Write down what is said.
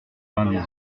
vingt